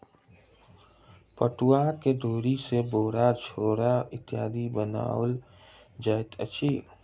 पटुआक डोरी सॅ बोरा झोरा इत्यादि बनाओल जाइत अछि